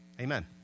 Amen